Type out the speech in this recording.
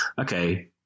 okay